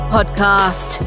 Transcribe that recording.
Podcast